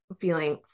feeling